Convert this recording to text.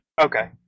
Okay